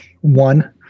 one